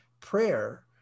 prayer